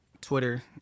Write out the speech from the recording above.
Twitter